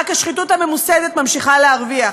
רק השחיתות הממוסדת ממשיכה להרוויח.